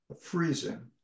freezing